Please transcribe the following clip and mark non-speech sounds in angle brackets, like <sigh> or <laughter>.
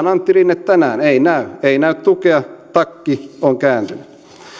<unintelligible> antti rinne tänään ei näy ei näy tukea takki on kääntynyt